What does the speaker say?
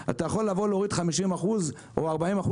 אתה יכול לבוא להוריד 50% או 40%,